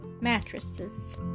mattresses